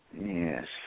Yes